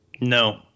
No